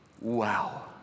Wow